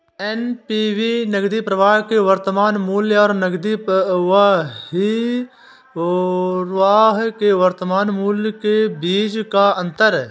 NPV नकदी प्रवाह के वर्तमान मूल्य और नकदी बहिर्वाह के वर्तमान मूल्य के बीच का अंतर है